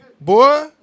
boy